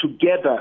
together